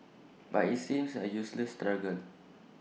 but IT seems A useless struggle